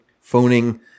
phoning